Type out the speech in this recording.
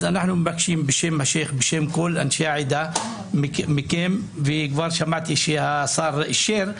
אז אנחנו מבקשים בשם השייח בשם כל אנשי העדה מכם וכבר שמעתי שהשר אישר,